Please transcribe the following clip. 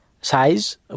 size